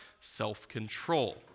Self-control